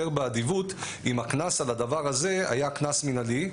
באדיבות אם הקנס על הדבר הזה היה קנס מינהלי,